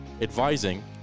advising